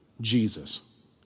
Jesus